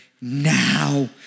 Now